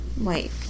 Wait